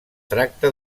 tracta